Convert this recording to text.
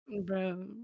Bro